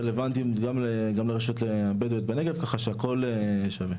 רלוונטית גם לרשות הבדואית בנגב כך שהכל שווה.